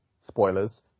spoilers